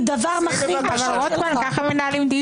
למה המשפט הזה איננו נכון?